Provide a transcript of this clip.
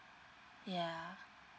yeah